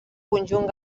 conjunt